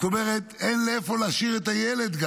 זאת אומרת, גם אין איפה להשאיר את הילד,